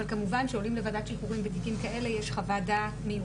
אבל כמובן שכשעולים לוועדת שחרורים בתיקים כאלה יש חוות דעת מיוחדת.